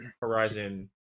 horizon